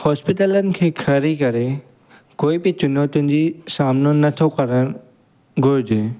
हॉस्पिटलनि खे खणी करे कोई बि चुनौतियुनि जी सामनो नथो करणु घुरिजे